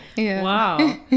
Wow